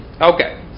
Okay